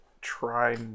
try